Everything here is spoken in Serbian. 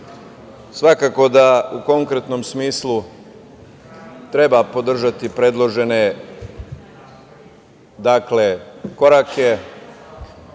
nama. Svakako da u konkretnom smislu treba podržati predložene korake. Imamo